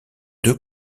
deux